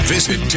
Visit